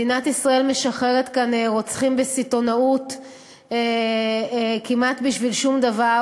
מדינת ישראל משחררת כאן רוצחים בסיטונות כמעט בשביל שום דבר,